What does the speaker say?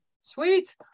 Sweet